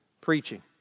preaching